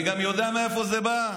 שנייה, אני גם יודע מאיפה זה בא.